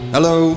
Hello